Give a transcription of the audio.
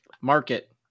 market